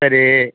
சரி